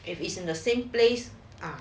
if is the same place ah